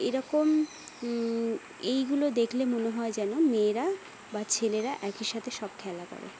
এরকম এইগুলো দেখলে মনে হয় যেন মেয়েরা বা ছেলেরা একই সাথে সব খেলা করে